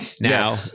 Now